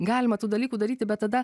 galima tų dalykų daryti bet tada